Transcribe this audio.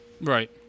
Right